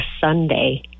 Sunday